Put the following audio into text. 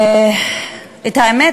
האמת,